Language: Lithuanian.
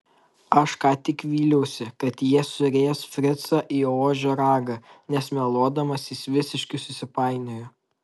aš ką tik vyliausi kad jie suries fricą į ožio ragą nes meluodamas jis visiškai susipainiojo